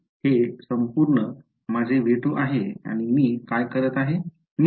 हे संपूर्ण माझे V2 आहे आणि मी काय करीत आहे